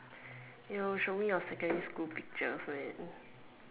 yo show me you secondary school picture Fred